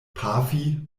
pafi